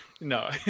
no